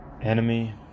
Enemy